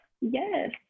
Yes